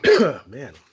Man